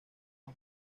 los